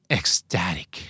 Ecstatic